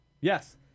Yes